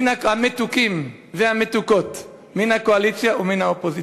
המתוקים והמתוקות, מן הקואליציה ומן האופוזיציה,